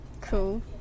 Cool